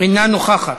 אינה נוכחת.